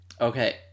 Okay